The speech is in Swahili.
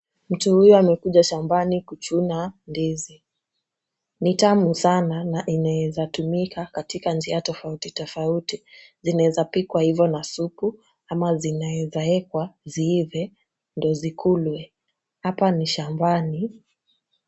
Mtu huyu amekuja shambani kuchuna ndizi. Ni tamu sana na inaezatumika katika njia tofauti tofauti. Zinawezapikwa hivo na supu ama zinaezaekwa ziive ndio zikulwe. Hapa ni shambani.